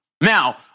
Now